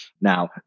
Now